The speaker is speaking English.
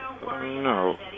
No